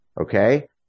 Okay